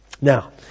Now